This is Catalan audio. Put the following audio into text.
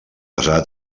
casar